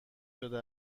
شده